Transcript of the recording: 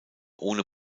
ohne